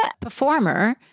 performer